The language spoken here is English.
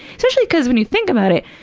especially because, when you think about it,